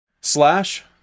Slash